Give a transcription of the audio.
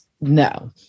no